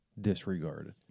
disregarded